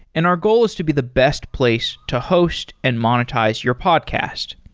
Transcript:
and our goal is to be the best place to host and monetize your podcast.